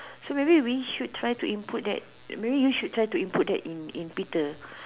so maybe we should try to input that maybe you should try to input that in Peter